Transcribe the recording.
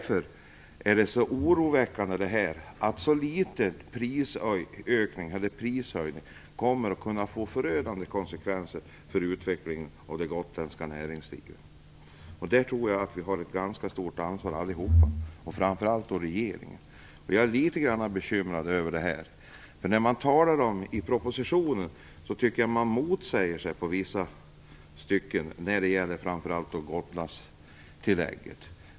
Det är därför oroväckande att små prishöjningar kan få så förödande konsekvenser för utvecklingen av det gotländska näringslivet. Vi allihop, och framför allt regeringen, har här ett stort ansvar. Jag är litet grand bekymrad över detta. Jag tycker propositionen är motsägande i vissa stycken, framför allt när det gäller Gotlandstillägget.